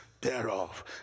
Thereof